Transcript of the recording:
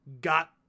got